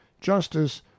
justice